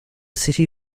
city